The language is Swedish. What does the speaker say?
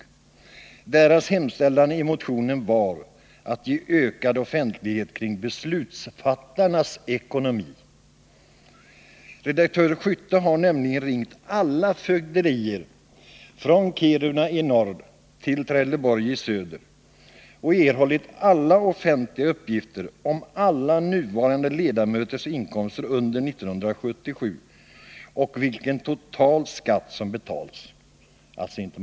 I motionen hemställdes att man skulle ge ökad offentlighet kring beslutsfattarnas ekonomi. Redaktör Skytte har nämligen ringt alla fögderier från Kiruna i norr till Trelleborg i söder och erhållit alla offentliga uppgifter om alla nuvarande ledamöters inkomster under 1977 och om vilken total skatt som betalats.